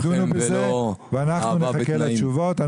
ידונו בזה ואנחנו נחכה לתשובות.